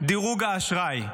דירוג האשראי,